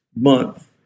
month